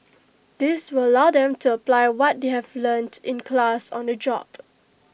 this will allow them to apply what they have learnt in class on the job